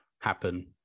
happen